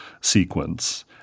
sequence